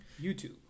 YouTube